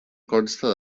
consta